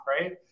right